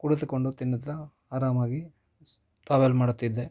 ಕುಳಿತುಕೊಂಡು ತಿನ್ನುತ್ತಾ ಆರಾಮಾಗಿ ಟ್ರಾವೆಲ್ ಮಾಡುತ್ತಿದ್ದೆ